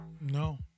No